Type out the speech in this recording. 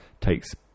Takes